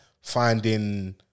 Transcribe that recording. finding